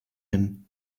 him